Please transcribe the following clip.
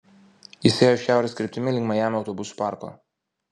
jis ėjo šiaurės kryptimi link majamio autobusų parko